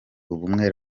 ubumwe